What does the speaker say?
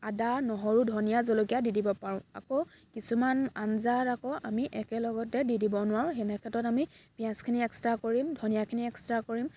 আদা নহৰু ধনিয়া জলকীয়া দি দিব পাৰোঁ আকৌ কিছুমান আঞ্জাত আকৌ আমি একেলগতে দি দিব নোৱাৰোঁ সেনে ক্ষেত্ৰত আমি পিঁয়াজখিনি এক্সটা কৰিম ধনিয়াখিনি এক্সটা কৰিম